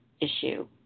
issue